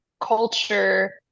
culture